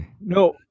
No